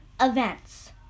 events